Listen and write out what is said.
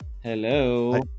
hello